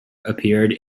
appeared